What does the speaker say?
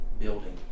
building